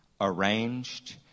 arranged